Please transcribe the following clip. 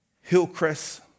Hillcrest